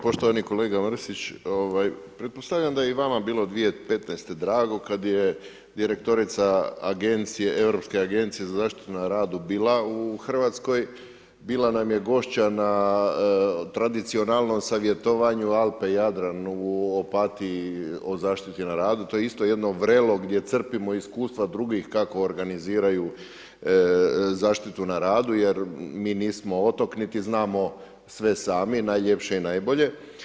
Poštovani kolega Mrsić, pretpostavljam da je i vama bilo 2015. drago, kada je direktorica, europske agencije na zaštitu na radu bila u Hrvatskoj, bila nam je gošća na tradicionalnom savjetovanje Alpe-Jadran u Opatiji o zaštiti na radu, to je isto jedno vrelo gdje crpimo iskustva drugih kako organiziraju zaštitu na radu, jer mi nismo otok, niti znamo sve sami najljepše i najbolje.